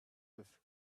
with